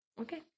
Okay